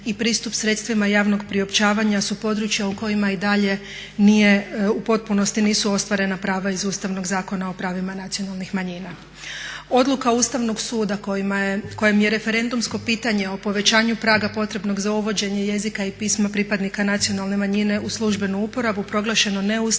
i pristup sredstvima javnog priopćavanja su područja u kojima i dalje nije u potpunosti nisu ostvarena prava iz Ustavnog Zakona o pravima nacionalnih manjina. Odluka Ustavnog suda kojom je referendumsko pitanje o povećanju praga potrebnog za uvođenja jezika i pisma pripadnika nacionalne manjine u službenu uporabu proglašeno neustavnim